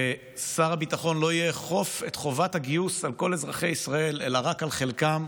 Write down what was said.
ששר הביטחון לא יאכוף את חובת הגיוס על כל אזרחי ישראל אלא רק על חלקם,